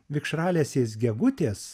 vikšralesės gegutės